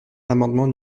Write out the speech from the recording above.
l’amendement